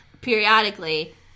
periodically